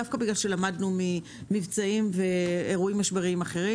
דווקא בגלל שלמדנו ממבצעים ומאירועים משבריים אחרים.